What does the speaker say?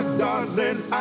darling